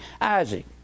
Isaac